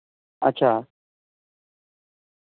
अच्छा